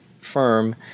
firm